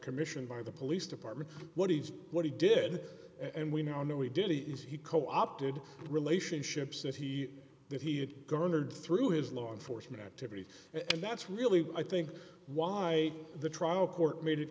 commission by the police department what he's what he did and we know what we did he co opted relationships that he that he had garnered through his law enforcement activities and that's really i think why the trial court made it